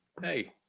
Hey